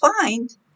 find